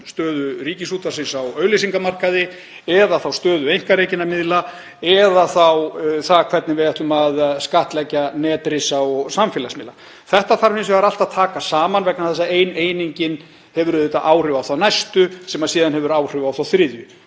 stöðu Ríkisútvarpsins á auglýsingamarkaði eða stöðu einkarekinna miðla eða þá það hvernig við ætlum að skattleggja netrisa og samfélagsmiðla. Þetta þarf hins vegar allt að taka saman vegna þess að ein einingin hefur auðvitað áhrif á þá næstu sem síðan hefur áhrif á þá þriðju.